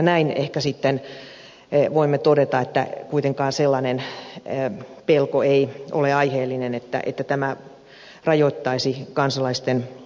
näin ehkä sitten voimme todeta että kuitenkaan sellainen pelko ei ole aiheellinen että tämä rajoittaisi kansalaisten oikeusturvaa